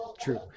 true